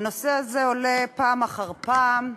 הנושא הזה עולה פעם אחר פעם.